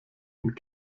und